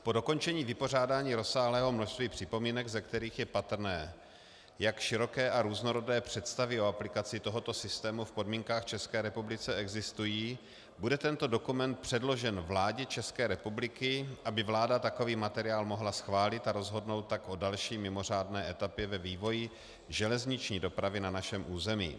Po dokončení vypořádání rozsáhlého množství připomínek, z kterých je patrné, jak široké a různorodé představy o aplikaci tohoto systému v podmínkách v ČR existují, bude tento dokument předložen vládě ČR, aby vláda takový materiál mohla schválit a rozhodnout tak o další mimořádné etapě ve vývoji železniční dopravy na našem území.